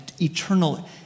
eternal